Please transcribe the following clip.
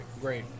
Great